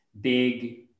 big